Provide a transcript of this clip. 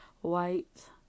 White